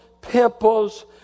pimples